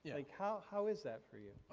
yeah like how how is that for you?